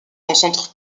concentre